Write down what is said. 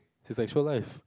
his actual life